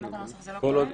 שמבחינת הנוסח זה לא כולל.